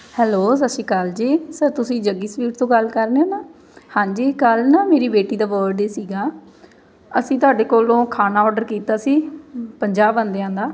hello ਸਤਿ ਸ਼੍ਰੀ ਅਕਾਲ ਜੀ ਸਰ ਤੁਸੀਂ ਜੱਗੀ ਸਵੀਟ ਤੋਂ ਗੱਲ ਕਰ ਰਹੇ ਹੋ ਨਾ ਹਾਂਜੀ ਕੱਲ੍ਹ ਨਾ ਮੇਰੀ ਬੇਟੀ ਦਾ ਬਰਡੇ ਸੀਗਾ ਅਸੀਂ ਤੁਹਾਡੇ ਕੋਲੋਂ ਖਾਣਾ ਔਡਰ ਕੀਤਾ ਸੀ ਪੰਜਾਹ ਬੰਦਿਆਂ ਦਾ